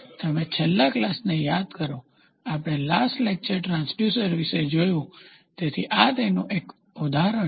તમે છેલ્લા ક્લાસને યાદ કરો આપણે લાસ્ટ લેકચર ટ્રાંસડ્યુસર્સ વિશે જોયું તેથી આ તેનું એક ઉદાહરણ છે